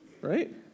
Right